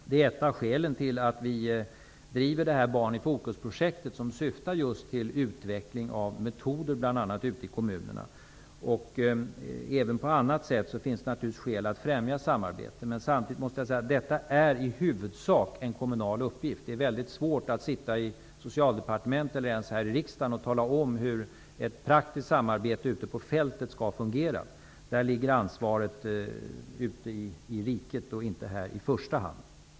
Det är ett av skälen till att vi driver det s.k. Barn i fokus-projektet, som syftar just till utveckling av metoder bl.a. i kommunerna. Även på annat sätt finns det naturligtvis skäl att främja samarbete. Men samtidigt måste jag säga att detta i huvudsak är en kommunal uppgift. Det är väldigt svårt att i Socialdepartementet, och t.o.m. här i riksdagen, tala om hur ett praktiskt samarbete ute på fältet skall fungera. Därvidlag ligger ansvaret i första hand ute i riket, inte här.